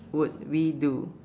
would we do